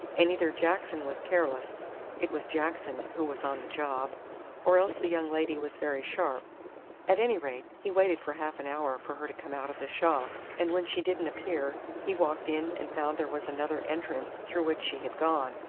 and either jackson was careless it was jackson who was on the job or else the young lady was very sharp at any rate, he waited for half an hour for her to come out of the shop, and when she didn't appear he walked in and found there was another entrance through which she had gone.